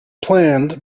planned